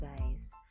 guys